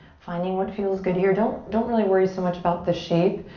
finding what feels good here. don't don't really worry so much about the shape,